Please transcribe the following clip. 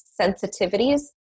sensitivities